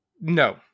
No